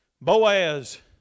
Boaz